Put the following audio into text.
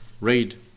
read